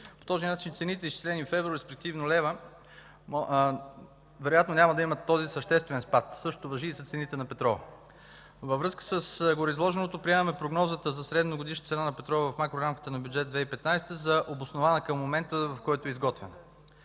По този начин цените, изчислени в евро, респективно лева, вероятно няма да имат този съществен спад. Същото важи и за цените на петрола. Във връзка с гореизложеното приемаме прогнозата за средногодишна цена на петрола в макрорамката на Бюджет 2015 за обоснована към момента, в който е изготвена.